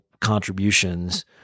contributions